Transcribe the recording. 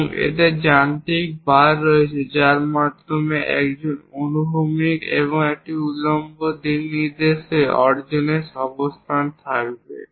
এবং এতে যান্ত্রিক বার রয়েছে যার মাধ্যমে একজন অনুভূমিক এবং উল্লম্ব দিকনির্দেশ অর্জনের অবস্থানে থাকবে